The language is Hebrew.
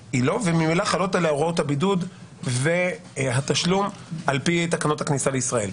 וממילא חלות עליה הוראות הבידוד והתשלום על פי תקנות הכניסה לישראל.